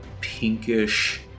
pinkish